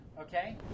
Okay